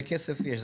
כי כסף יש,